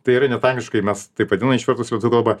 tai yra net angliškai mes taip vadiname išverstus į lietuvių kalbą